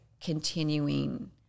continuing